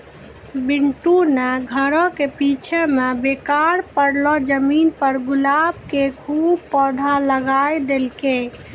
बंटू नॅ घरो के पीछूं मॅ बेकार पड़लो जमीन पर गुलाब के खूब पौधा लगाय देलकै